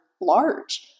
large